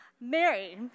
Mary